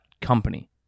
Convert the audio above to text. company